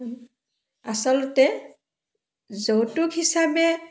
আচলতে যৌতুক হিচাবে